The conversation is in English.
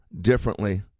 differently